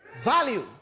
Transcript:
Value